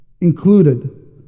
included